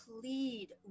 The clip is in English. plead